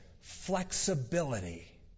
Flexibility